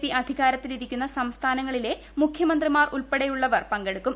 P അധികാരത്തിലിരിക്കുന്ന സംസ്ഥാനങ്ങളിലെ മുഖ്യമന്ത്രിമാരുൾപ്പടെയുള്ളവർ പങ്കെടുക്കും